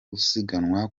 gusiganwa